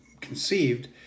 conceived